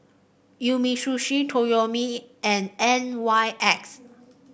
Umisushi Toyomi and N Y X